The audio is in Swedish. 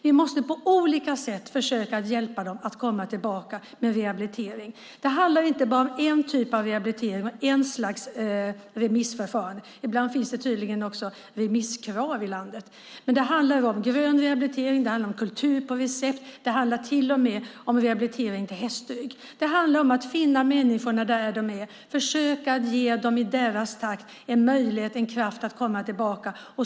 Vi måste på olika sätt försöka hjälpa dem att komma tillbaka med rehabilitering. Det handlar inte bara om en typ av rehabilitering och ett slags remissförfarande - ibland finns det tydligen också remisskrav i landet. Det handlar om grön rehabilitering, kultur på recept och till med om rehabilitering på hästryggen. Det handlar om att finna människor där de är och i deras takt försöka ge dem en möjlighet och kraft att komma tillbaka.